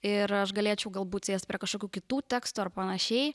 ir aš galėčiau galbūt sėst prie kažkokių kitų tekstų ar panašiai